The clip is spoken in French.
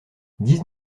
dix